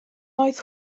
oedd